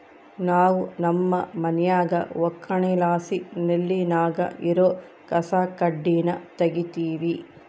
ನಾವು ನಮ್ಮ ಮನ್ಯಾಗ ಒಕ್ಕಣೆಲಾಸಿ ನೆಲ್ಲಿನಾಗ ಇರೋ ಕಸಕಡ್ಡಿನ ತಗೀತಿವಿ